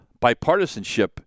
bipartisanship